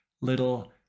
little